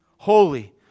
holy